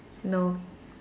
no